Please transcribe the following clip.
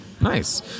Nice